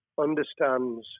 understands